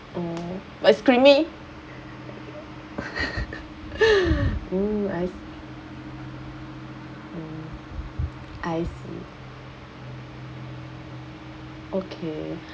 oh but it's creamy oh I s~ I see okay